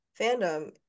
fandom